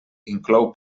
inclou